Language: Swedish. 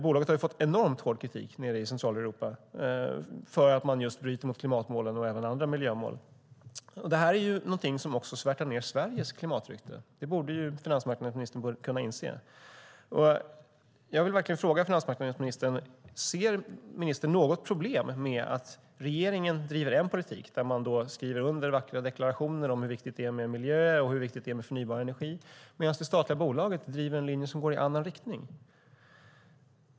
Bolaget har fått enormt hård kritik nere i Centraleuropa för att man just bryter mot klimatmålen och även andra miljömål. Det är någonting som också svärtar ned Sveriges klimatrykte. Det borde finansmarknadsministern kunna inse. Jag vill verkligen fråga finansmarknadsministern: Ser ministern något problem med att regeringen driver en politik, där man skriver under vackra deklarationer om hur viktigt det är med miljö och med förnybar energi, medan det statliga bolaget driver en linje som går i en annan riktning?